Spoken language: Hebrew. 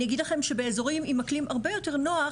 אני אגיד לכם שבאזורים עם אקלים הרבה יותר נוח,